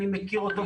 אני מכיר אותו,